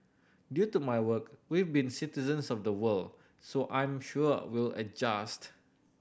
due to my work we've been citizens of the world so I'm sure we'll adjust